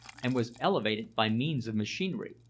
and was elevated by means of machinery.